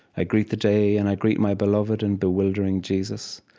i greet the day and i greet my beloved and bewildering jesus.